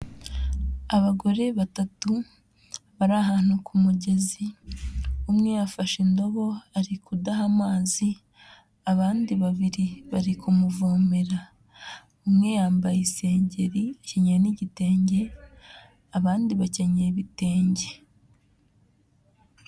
Abagore batatu, bari ahantu ku mugezi, umwe afashe indobo ari kudaha amazi, abandi babiri bari kumuvomera, umwe yambaye isengeri, akenyeye n'igitenge, abandi bakenyeye ibitenge.